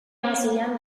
hamaseian